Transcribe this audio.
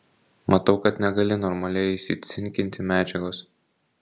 matau kad negali normaliai įsicinkinti medžiagos